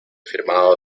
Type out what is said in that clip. firmado